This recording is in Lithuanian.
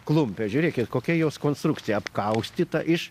klumpes žiūrėkit kokia jos konstrukcija apkaustyta iš